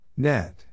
Net